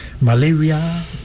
malaria